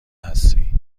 هستی